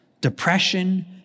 depression